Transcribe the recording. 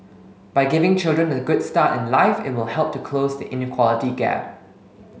by giving children a good start in life it will help to close the inequality gap